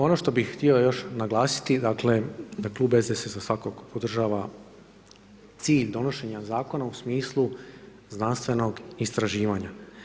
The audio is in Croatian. Ono što bih htio još naglasiti da Klub SDSS svakako podržava cilj donošenja zakona u smislu znanstvenog istraživanja.